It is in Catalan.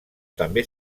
també